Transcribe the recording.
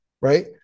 right